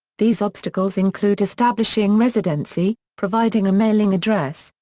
these obstacles include establishing residency, providing a mailing address,